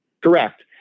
Correct